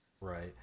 Right